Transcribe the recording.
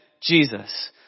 Jesus